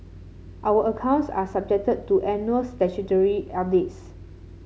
our accounts are subjected to annual statutory audits